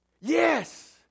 Yes